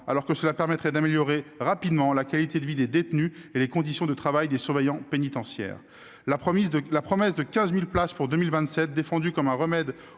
alors que cela permettrait d'améliorer rapidement la qualité de vie des détenus et les conditions de travail des surveillants pénitentiaires. La promesse des 15 000 places pour 2027, défendue comme remède